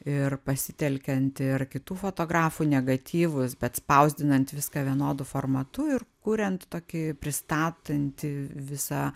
ir pasitelkiant ir kitų fotografų negatyvus bet spausdinant viską vienodu formatu ir kuriant tokį pristatantį visą